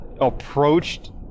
approached